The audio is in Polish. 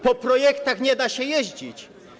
Po projektach nie da się jeździć.